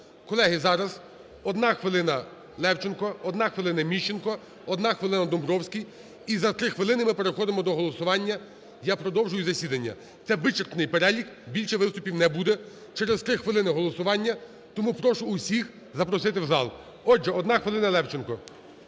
Колеги, зараз одна хвилина -Левченко. Одна хвилина - Міщенко. Одна хвилина - Домбровський. І за три хвилини ми переходимо до голосування. Я продовжую засідання. Це вичерпний перелік, більше виступів не буде. Через 3 хвилини голосування, тому прошу усіх запросити в зал. Отже, одна хвилина, Левченко.